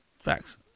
Facts